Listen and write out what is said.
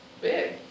big